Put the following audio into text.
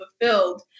fulfilled